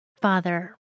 Father